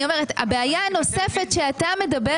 הבעיה הנוספת שאתה מדבר